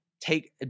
take